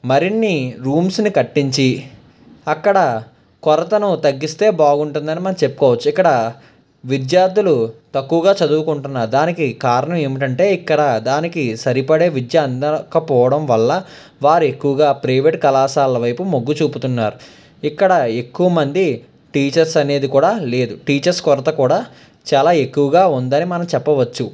మరిన్ని రూమ్స్ని కట్టించి అక్కడ కొరతను తగ్గిస్తే బాగుంటుందని మనం చెప్పుకోవచ్చు ఇక్కడ విద్యార్థులు తక్కువగా చదువుకుంటున్నారు దానికి కారణం ఏమిటంటే ఇక్కడ దానికి సరిపడే విద్య అందాక పోవడం వల్ల వారు ఎక్కువగా ప్రైవేట్ కళాశాలల వైపు మొగ్గు చూపుతున్నారు ఇక్కడ ఎక్కువ మంది టీచర్స్ అనేది కూడా లేదు టీచర్స్ కొరత కూడా చాలా ఎక్కువగా ఉందని మనం చెప్పవచ్చు